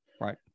Right